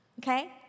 Okay